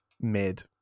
mid